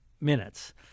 minutes